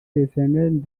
resented